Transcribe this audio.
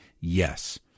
Yes